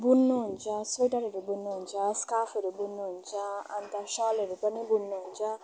बुन्नुहुन्छ स्वेटरहरू बुन्नुहुन्छ स्काफहरू बुन्नुहुन्छ अन्त सलहरू पनि बुन्नुहुन्छ